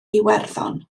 iwerddon